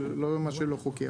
לא מה שלא חוקי,